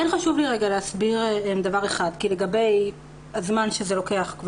חשוב לי להסביר דבר אחד לגבי הזמן שזה לוקח.